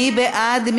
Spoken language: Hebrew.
מי בעד?